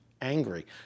angry